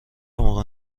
موقع